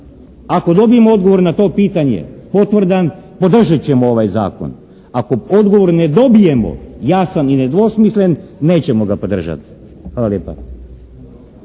Ako dobijemo odgovor na to pitanje potvrdan, podržat ćemo ovaj zakon. Ako odgovor ne dobijemo, jasan i nedvosmislen, nećemo ga podržati. Hvala lijepa.